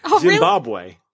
Zimbabwe